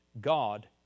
God